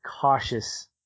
cautious